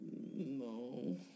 no